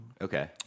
okay